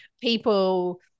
people